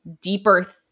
deeper